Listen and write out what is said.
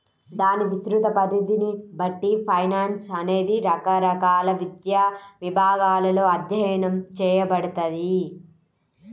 దాని విస్తృత పరిధిని బట్టి ఫైనాన్స్ అనేది రకరకాల విద్యా విభాగాలలో అధ్యయనం చేయబడతది